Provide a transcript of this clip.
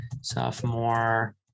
Sophomore